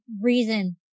reason